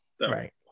right